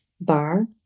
bar